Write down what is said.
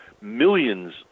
millions